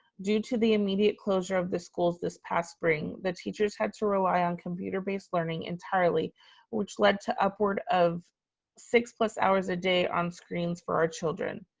due to the immediate closure of the schools this past spring, the teachers had to rely on computer based learning entirely which led to upward of six plus hours a day on screens for our children.